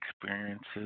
experiences